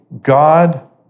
God